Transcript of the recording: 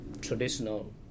traditional